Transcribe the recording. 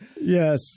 Yes